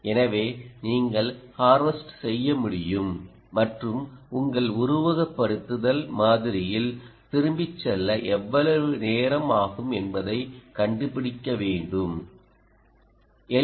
எனவே நீங்கள் ஹார்வெஸ்ட் செய்ய முடியும் மற்றும் உங்கள் உருவகப்படுத்துதல் மாதிரியில் திரும்பிச் செல்ல எவ்வளவு நேரம் ஆகும் என்பதைக் கண்டுபிடிக்க வேண்டும் எல்